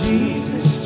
Jesus